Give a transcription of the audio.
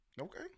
Okay